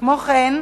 כמו כן,